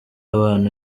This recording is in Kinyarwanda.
abantu